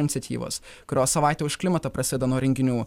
iniciatyvos kurios savaitę už klimatą prasideda nuo renginių